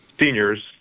seniors